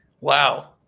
Wow